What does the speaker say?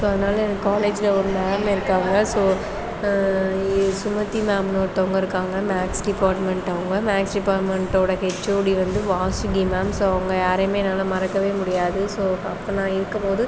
so அதனால எனக்கு காலேஜில் ஒரு மேம் இருக்காங்க ஸோ சுமதி மேம்னு ஒருத்தங்க இருக்காங்க மேக்ஸ் டிபார்ட்மெண்ட் அவங்க மேக்ஸ் டிபார்ட்மெண்டோடய ஹெச்ஓடி வந்து வாசுகி மேம் ஸோ அவங்க யாரையுமே என்னால் மறக்கவே முடியாது ஸோ அப்போது நான் இருக்குமோது